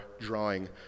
drawing